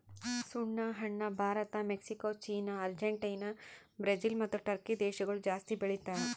ಸುಣ್ಣ ಹಣ್ಣ Bharat, Mexico, China, Argentina, Brazil ಮತ್ತ ಟರ್ಕಿ ದೇಶಗೊಳ್ ಜಾಸ್ತಿ ಬೆಳಿತಾರ್